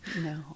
No